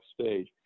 stage